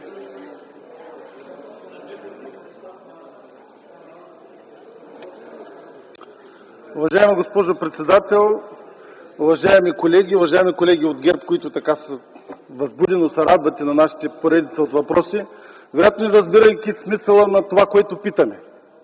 Уважаема госпожо председател, уважаеми колеги, уважаеми колеги от ГЕРБ, които така възбудено се радвате на нашата поредица от въпроси! (Реплики от ГЕРБ.) Вероятно, разбирайки смисъла на това, което питаме.